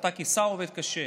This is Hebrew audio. אתה כשר עובד קשה.